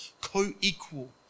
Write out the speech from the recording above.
co-equal